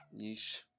Yeesh